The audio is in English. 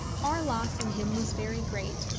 our loss in him was very great,